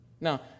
now